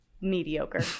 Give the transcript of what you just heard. mediocre